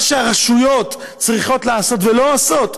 מה שהרשויות צריכות לעשות ולא עושות.